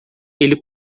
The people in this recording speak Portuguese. ele